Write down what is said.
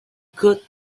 could